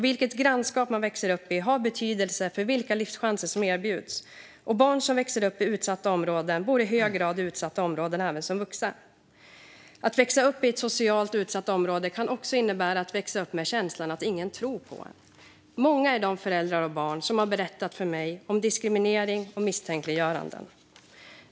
Vilket grannskap man växer upp i har betydelse för vilka livschanser som erbjuds. Barn som växer upp i utsatta områden bor i hög grad i utsatta områden även som vuxna. Att växa upp i ett socialt utsatt område kan också innebära att växa upp med känslan av att ingen tror på en. Många är de föräldrar och barn som har berättat för mig om diskriminering och misstänkliggörande.